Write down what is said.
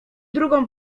drugą